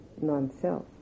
non-self